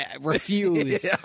refuse